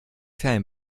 ferien